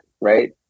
right